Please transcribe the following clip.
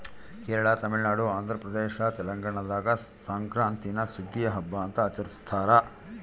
ಕೇರಳ ತಮಿಳುನಾಡು ಆಂಧ್ರಪ್ರದೇಶ ತೆಲಂಗಾಣದಾಗ ಸಂಕ್ರಾಂತೀನ ಸುಗ್ಗಿಯ ಹಬ್ಬ ಅಂತ ಆಚರಿಸ್ತಾರ